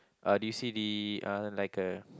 uh do you see the uh like a